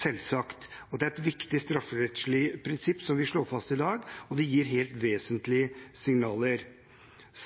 selvsagt – og det er et viktig strafferettslig prinsipp som vi slår fast i dag, og det gir helt vesentlige signaler.